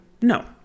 No